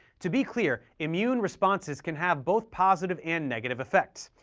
to be clear, immune responses can have both positive and negative effects.